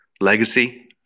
legacy